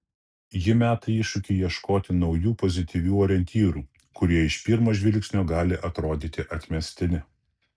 ji meta iššūkį ieškoti naujų pozityvių orientyrų kurie iš pirmo žvilgsnio gali atrodyti atmestini